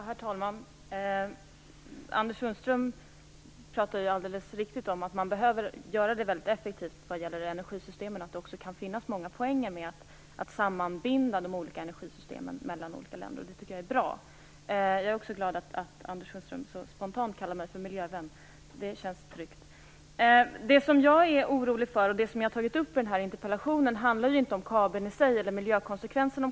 Herr talman! Anders Sundström pratade om att man behöver göra energisystemen effektivare och att det kan finnas många poänger med att sammanbinda de olika systemen mellan olika länder. Det är alldeles riktigt, och jag tycker att det är bra. Jag är också glad att Anders Sundström spontant kallade mig för miljövän. Det känns tryggt. Det jag är orolig för, och som jag har tagit upp i interpellationen, handlar inte om kabeln i sig eller om dess miljökonsekvenser.